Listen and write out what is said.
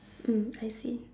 mm I see